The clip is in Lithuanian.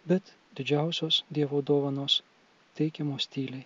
bet didžiausios dievo dovanos teikiamos tyliai